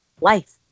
life